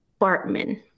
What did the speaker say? Bartman